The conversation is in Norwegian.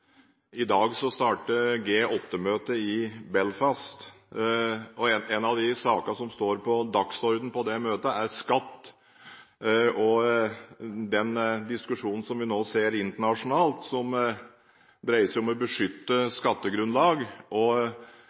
I dag starter G8-møtet i Belfast. En av sakene som står på dagsordenen, er skatt og den diskusjonen som vi nå ser internasjonalt, som dreier seg om å beskytte skattegrunnlaget og